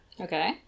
Okay